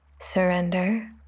surrender